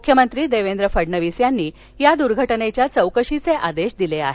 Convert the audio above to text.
मुख्यमंत्री देवेंद्र फडणवीस यांनी या दुर्घटनेच्या चौकशीचे आदेश दिले आहेत